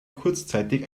kurzzeitig